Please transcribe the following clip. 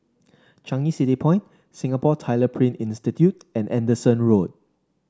Changi City Point Singapore Tyler Print Institute and Anderson Road